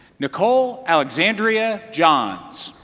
nicole alexandria johns.